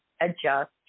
adjust